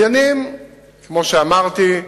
כמו שאמרתי,